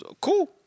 Cool